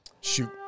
Shoot